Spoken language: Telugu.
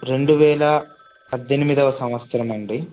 రెండువేల పద్దెనిమిదోవ సంవత్సరం అండి